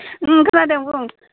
खोनादों बुं